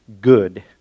good